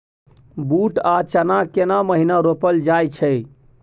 बूट आ चना केना महिना रोपल जाय छै?